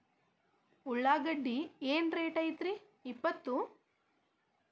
ಉಳ್ಳಾಗಡ್ಡಿ ಏನ್ ರೇಟ್ ಐತ್ರೇ ಇಪ್ಪತ್ತು?